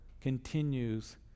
continues